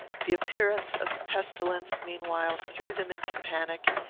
the appearance of pestilence, meanwhile, threw them into panic,